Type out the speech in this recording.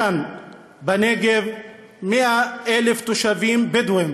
כאן בנגב, 100,000 תושבים בדואים